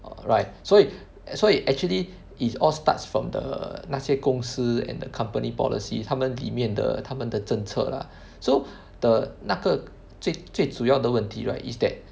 right 所以所以 actually is all starts from the 那些公司 and the company policy 他们里面的他们的政策 lah so the 那个最最主要的问题 right is that